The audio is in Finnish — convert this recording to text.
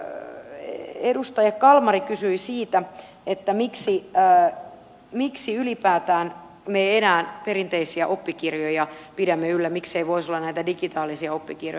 sitten edustaja kalmari kysyi siitä miksi ylipäätään me enää perinteisiä oppikirjoja pidämme yllä miksei voisi olla näitä digitaalisia oppikirjoja